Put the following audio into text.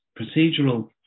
procedural